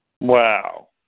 Wow